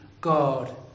God